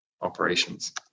operations